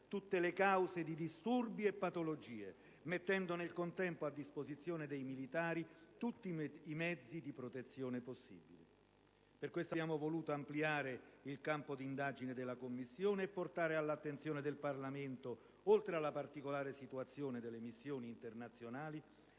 tutte la cause di disturbi e patologie, mettendo nel contempo a disposizione dei militari tutti i mezzi di protezione possibili. Per questo abbiamo voluto ampliare il campo d'indagine della Commissione e portare all'attenzione del Parlamento, oltre alla particolare situazione delle missioni internazionali,